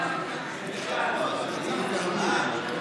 חברות וחברי